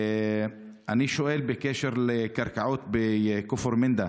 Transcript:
אני שואל בקשר לקרקעות בכפר מנדא.